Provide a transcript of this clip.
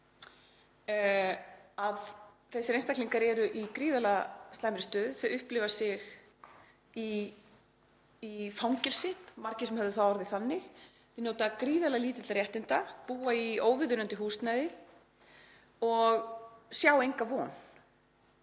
að þessir einstaklingar eru í gríðarlega slæmri stöðu. Þau upplifa sig í fangelsi, margir orðuðu það þannig, þau njóta gríðarlega lítilla réttinda, búa í óviðunandi húsnæði og sjá enga von